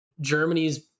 Germany's